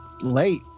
late